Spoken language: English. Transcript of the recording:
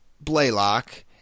Blaylock